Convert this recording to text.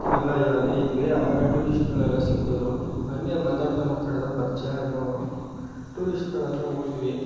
ಎಲ್ಲ ಅಲ್ಲೇಯಿದ್ವಿ ಆವಾಗ ಟೂರಿಸ್ಟ್ಗಳೆಲ್ಲ ಸಿಕ್ಕಿದ್ರು ಹಂಗೆ ಮಾತಾಡ್ತಾ ಮಾತಾಡ್ತಾ ಪರಚ್ಯ ಆದರು ಅವರು ಟೂರಿಸ್ಟ್ಗಳತ್ರ ಹೋದ್ವಿ